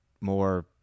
more